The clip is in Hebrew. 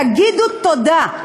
תגידו תודה.